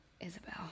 Isabel